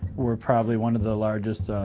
we're probably one of the largest